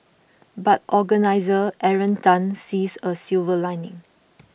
but organiser Aaron Tan sees a silver lining